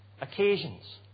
occasions